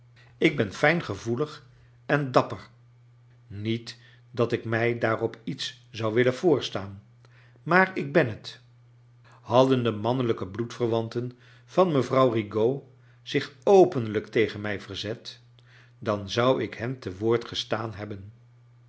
ik ben fijngevoelig en dapper niet dat ik mij daarop iets zou willen voorstaan maar ik ben het hadden de mannelijke bloedverwanten van mevrouw rigaud zicb openlijk tegen mij verzet dan zou ik hen te woord gestaan hebben